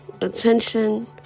attention